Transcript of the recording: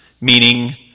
meaning